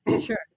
Sure